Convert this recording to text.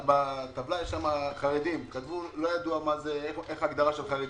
בטבלה היה כתוב שלא ידוע מה ההגדרה של חרדים.